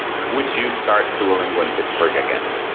would you start duolingo in pittsburgh again?